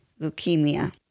leukemia